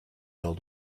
old